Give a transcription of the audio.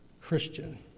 Christian